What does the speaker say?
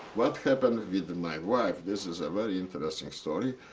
what happened with my wife? this is a very interesting story.